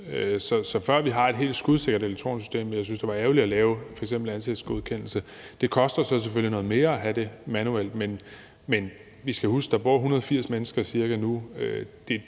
Så før vi har et helt skudsikkert elektronisk system, synes jeg det ville være ærgerligt at lave f.eks. ansigtsgenkendelse. Det koster så selvfølgelig noget mere at have det manuelt, men vi skal huske, at der bor ca. 180 mennesker nu.